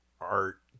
art